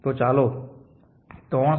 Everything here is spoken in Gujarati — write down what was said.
તો ચાલો 3 7 1